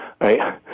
right